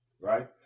Right